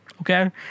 Okay